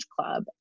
club